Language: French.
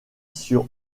sur